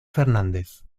fernández